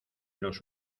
los